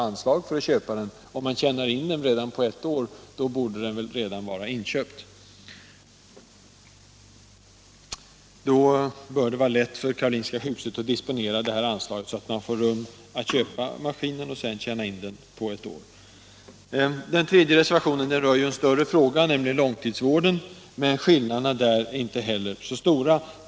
Då borde man inte ha något som helst behov av ett särskilt anslag, utan kunna disponera anslaget så att man kan köpa den och tjäna in kostnaden på ett år. Den tredje reservationen rör en större fråga, nämligen långtidsvården. Skillnaderna där är dock inte heller så stora.